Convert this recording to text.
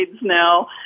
now